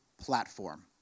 platform